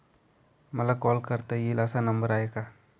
मला कॉल करता येईल असा नंबर आहे का?